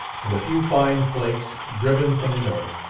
and a few fine flakes, driven from the north,